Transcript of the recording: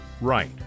right